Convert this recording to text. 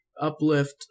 uplift